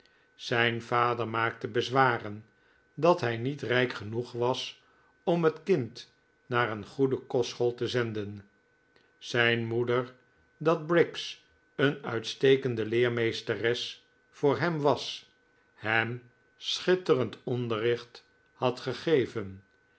zijn vader maakte bezwaren dat hij niet rijk genoeg was om het kind naar een goede kostschool te zenden zijn moeder dat briggs een uitstekende leermeesteres voor hem was hem schitterend onderricht had gegeven